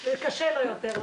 זה קשה לו יותר.